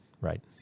Right